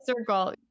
circle